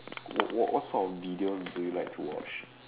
what what sort of videos do you like to watch